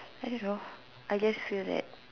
I don't know I just feel that